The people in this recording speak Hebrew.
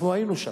אנחנו היינו שם,